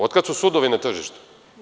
Od kada su sudovi na tržištu?